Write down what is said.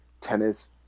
tennis